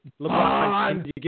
LeBron